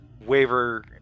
waiver